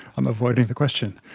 i'm avoiding the question.